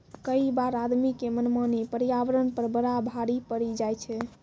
कई बार आदमी के मनमानी पर्यावरण पर बड़ा भारी पड़ी जाय छै